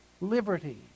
liberty